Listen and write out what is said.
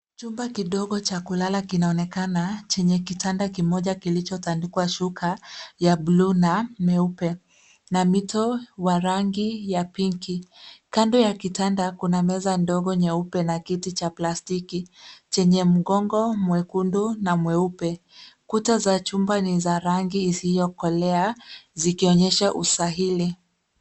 Chumba kidogo cha kulala kinaonekana chenye kitanda kimoja kilichotandikwa shuka ya bluu na meupe, na mito wa rangi ya pink . Kando ya kitanda kuna meza ndogo nyeupe na kiti cha plastiki chenye mgongo mwekundu na mweupe. Kuta za chumba ni za rangi isiyokolea zikionyesha usahili.